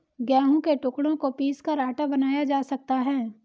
गेहूं के टुकड़ों को पीसकर आटा बनाया जा सकता है